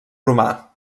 romà